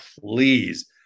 please